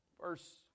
Verse